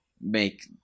make